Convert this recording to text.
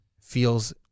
feels